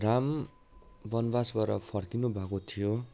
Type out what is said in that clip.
राम वनवासबाट फर्किनुभएको थियो